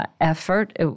effort